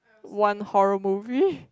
one horror movie